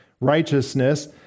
righteousness